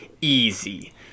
easy